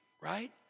right